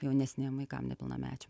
jaunesniem vaikam nepilnamečiam